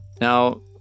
Now